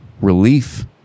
relief